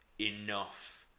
enough